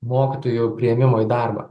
mokytojų priėmimo į darbą